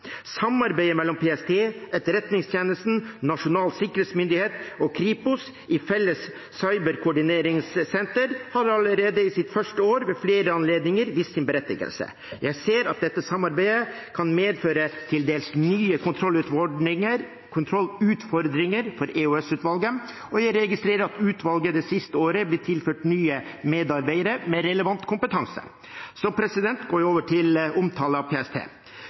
Samarbeidet mellom PST, Etterretningstjenesten, Nasjonal sikkerhetsmyndighet og Kripos i et felles cyberkoordineringssenter har allerede i sitt første år vist sin berettigelse ved flere anledninger. Jeg ser at dette samarbeidet kan medføre til dels nye kontrollutfordringer for EOS-utvalget, og jeg registrerer at utvalget det siste året er blitt tilført nye medarbeidere med relevant kompetanse. Så går jeg over til omtale av PST.